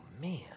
man